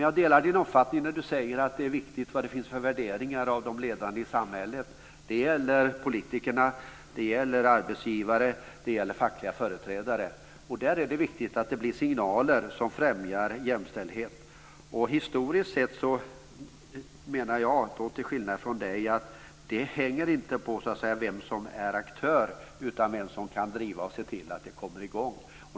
Jag delar dock uppfattningen att det är viktigt vilka värderingar det finns hos de ledande i samhället. Det gäller politiker, det gäller arbetsgivare och det gäller fackliga företrädare. Där är det viktigt att det blir signaler som främjar jämställdhet. Historiskt sett menar jag, till skillnad från Camilla Sköld Jansson, att det inte hängt på vem som varit aktör utan på vem som kunnat driva och se till att saker kommer i gång.